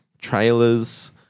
trailers